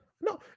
No